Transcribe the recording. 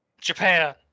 Japan